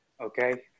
okay